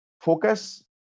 focus